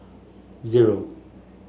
zero